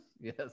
yes